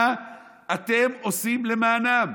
מה אתם עושים למענם?